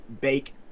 bake